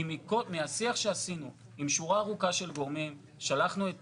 כי מהשיח שעשינו עם שורה ארוכה של גורמים שלחנו את